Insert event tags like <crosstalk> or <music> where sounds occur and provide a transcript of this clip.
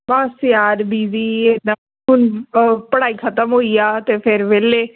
ਬਸ ਯਾਰ ਬਿਜੀ <unintelligible> ਪੜ੍ਹਾਈ ਖਤਮ ਹੋਈ ਆ ਅਤੇ ਫਿਰ ਵਿਹਲੇ